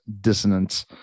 dissonance